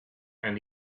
and